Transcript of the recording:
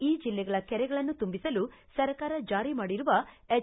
ಈ ಜಿಲ್ಲೆಗಳ ಕೆರೆಗಳನ್ನು ತುಂಬಿಸಲು ಸರ್ಕಾರ ಜಾರಿ ಮಾಡಿರುವ ಎಚ್